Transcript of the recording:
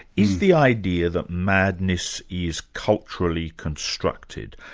is the idea that madness is culturally constructed.